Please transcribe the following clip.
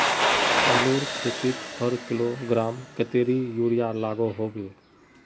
आलूर खेतीत हर किलोग्राम कतेरी यूरिया लागोहो होबे?